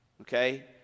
Okay